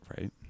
right